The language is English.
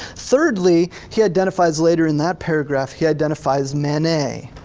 thirdly, he identifies later in that paragraph, he identifies manet.